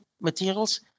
materials